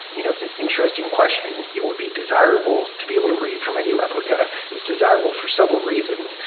you know it's an interesting question. it would be desirable to be able to read for many replica. it's desirable for several reasons.